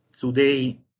today